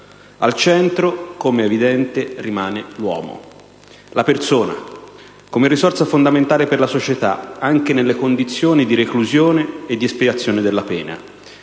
Al centro, come è evidente, rimane l'uomo, la persona, come risorsa fondamentale per la società, anche nelle condizioni di reclusione e di espiazione della pena.